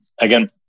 again